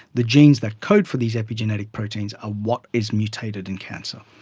the genes that code for these epigenetic proteins are what is mutated in cancer.